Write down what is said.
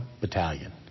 Battalion